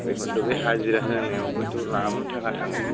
बेखौनोथ' बे हाजिरा होनायावबो द्लाम थाखा थाङो